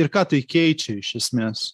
ir ką tai keičia iš esmės